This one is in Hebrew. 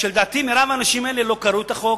כשלדעתי רוב האנשים האלה לא קראו את החוק,